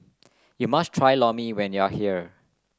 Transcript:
you must try Lor Mee when you are here